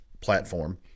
platform